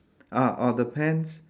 ah orh the pants